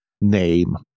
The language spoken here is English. name